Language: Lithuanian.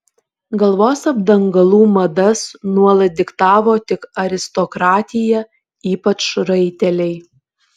galvos apdangalų madas nuolat diktavo tik aristokratija ypač raiteliai